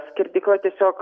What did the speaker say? skerdykla tiesiog